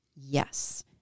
Yes